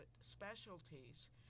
specialties